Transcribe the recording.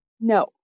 No